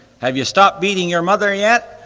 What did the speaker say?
have you stopped beating your mother yet?